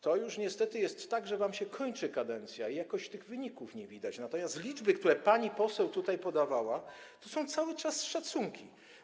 To już niestety jest tak, że wam się kończy kadencja i jakoś tych wyników nie widać, natomiast liczby, które pani poseł tutaj podawała, to są cały czas szacunki.